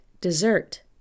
dessert